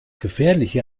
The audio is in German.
gefährliche